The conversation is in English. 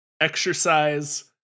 exercise